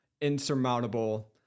insurmountable